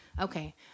okay